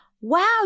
Wow